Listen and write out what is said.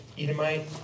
Edomite